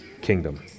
kingdom